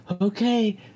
okay